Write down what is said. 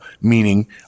meaning